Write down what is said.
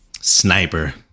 Sniper